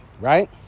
right